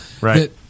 right